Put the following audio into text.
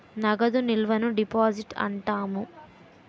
నగదు నిల్వను డిపాజిట్ అంటాము